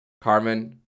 Carmen